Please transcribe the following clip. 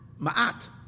Ma'at